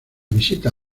visita